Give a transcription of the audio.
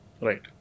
Right